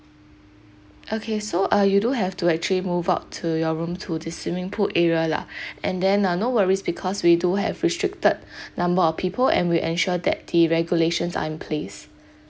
okay so uh you do have to actually move out to your room to the swimming pool area lah and then uh no worries because we do have restricted number of people and we'll ensure that the regulations are in place